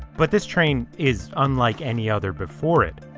but this train is unlike any other before it.